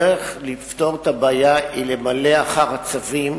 הדרך לפתור את הבעיה היא למלא אחר הצווים